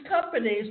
companies